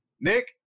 Nick